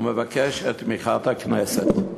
ומבקש את תמיכת הכנסת.